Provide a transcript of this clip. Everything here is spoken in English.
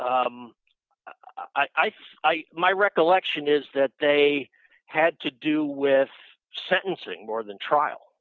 think my recollection is that they had to do with sentencing more than trial